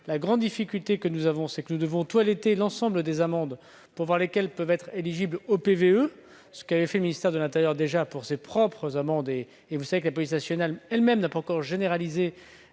La grande difficulté que nous rencontrons, c'est que nous devons toiletter l'ensemble des amendes pour voir lesquelles peuvent être éligibles au PVE, ce qu'avait déjà fait le ministère de l'intérieur pour ses propres amendes. Vous le savez, la police nationale n'a pas encore généralisé